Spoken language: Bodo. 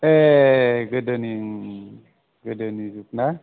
ए गोदोनि उम उम गोदोनि जुग ना